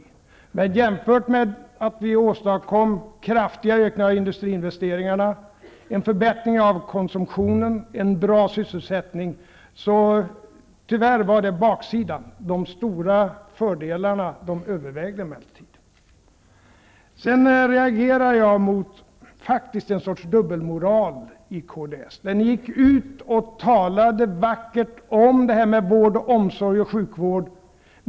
Men det skall jämföras med att vi åstadkom en kraftig ökning av industriinvesteringarna, en förbättring beträffande konsumtionen och en bra sysselsättning. Tyvärr var klippekonomin baksidan. De stora fördelarna övervägde emellertid. Jag reagerar faktiskt mot vad jag kallar för en sorts dubbelmoral i kds. Ni gick ju ut och talade vackert om det här med vård, omsorg och sjukvård.